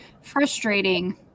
frustrating